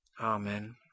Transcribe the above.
Amen